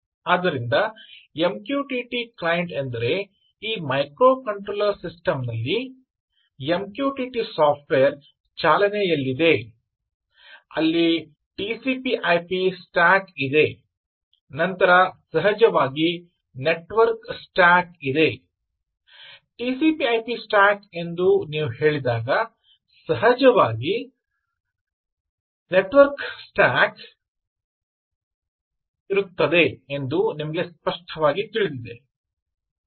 ಆದ್ದರಿಂದ MQTT client ಎಂದರೆ ಈ ಮೈಕ್ರೊಕಂಟ್ರೋಲರ್ ಸಿಸ್ಟಮ್ ನಲ್ಲಿ MQTT ಸಾಫ್ಟ್ವೇರ್ ಚಾಲನೆಯಲ್ಲಿದೆ ಅಲ್ಲಿ TCP IP ಸ್ಟಾಕ್ ಇದೆ ನಂತರ ಸಹಜವಾಗಿ ನೆಟ್ವರ್ಕ್ ಸ್ಟ್ಯಾಕ್ ಇದೆ TCP IP ಸ್ಟಾಕ್ ಎಂದು ನೀವು ಹೇಳಿದಾಗ ಸಹಜವಾಗಿ ಒಂದು ನೆಟ್ವರ್ಕ್ ಇದೆ ಎಂದು ನಿಮಗೆ ಸ್ಪಷ್ಟವಾಗಿ ತಿಳಿದಿದೆ